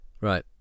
Right